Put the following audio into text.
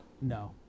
no